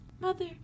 Mother